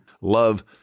Love